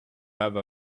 have